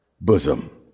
bosom